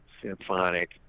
symphonic